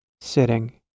sitting